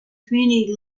community